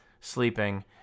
sleeping